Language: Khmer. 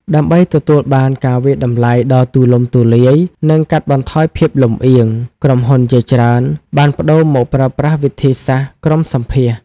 ដើម្បីទទួលបានការវាយតម្លៃដ៏ទូលំទូលាយ និងកាត់បន្ថយភាពលំអៀង ក្រុមហ៊ុនជាច្រើនបានប្ដូរមកប្រើប្រាស់វិធីសាស្ត្រក្រុមសម្ភាសន៍។